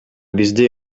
бизде